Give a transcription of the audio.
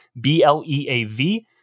B-L-E-A-V